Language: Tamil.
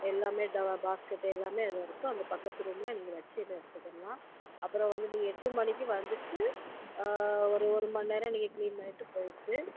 எல்லாமே ட பாஸ்கெட்டு எல்லாமே அதில் இருக்கும் அந்த பக்கத்து ரூம்ல நீங்கள் வச்சு இதை எடுத்துக்கிர்லாம் அப்புறம் வந்து நீங்கள் எட்டு மணிக்கு வந்துட்டு ஒரு ஒருமணிநேரம் நீங்கள் க்ளீன் பண்ணிட்டு போய்ட்டு